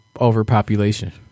overpopulation